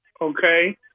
okay